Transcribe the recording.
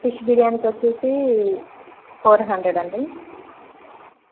fish బిర్యానీకి వచ్చి four hundred అండి